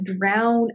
drown